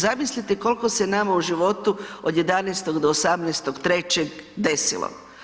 Zamislite kolko se nama u životu od 11. do 18.3. desilo?